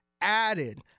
added